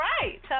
right